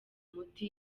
umuti